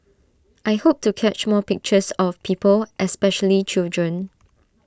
I hope to catch more pictures of people especially children